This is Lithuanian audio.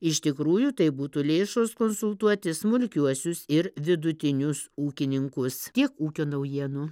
iš tikrųjų tai būtų lėšos konsultuoti smulkiuosius ir vidutinius ūkininkus tiek ūkio naujienų